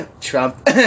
Trump